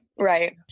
right